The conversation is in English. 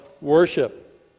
worship